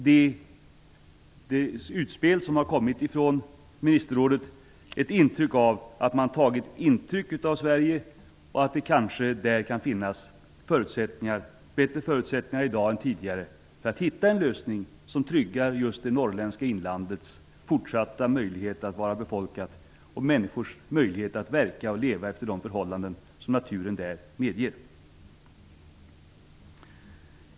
Det utspel som har kommit från ministerrådet tyder på att man uppenbarligen har tagit intryck av Sverige och att det i dag kanske kan finnas bättre förutsättningar än tidigare att hitta en lösning som tryggar just det norrländska inlandets fortsatta möjlighet att vara befolkat och människors möjlighet att verka och leva efter de förhållanden som naturen där medger.